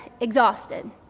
exhausted